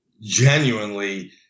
genuinely